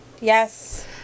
Yes